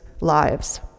lives